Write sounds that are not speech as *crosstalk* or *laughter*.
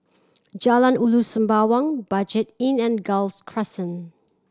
Jalan Ulu Sembawang Budget Inn and Gul *unintelligible* Crescent